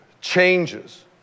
changes